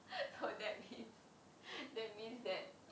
so that means that means that